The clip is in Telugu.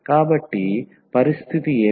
కాబట్టి పరిస్థితి ఏమిటి